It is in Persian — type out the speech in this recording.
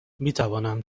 میتوانم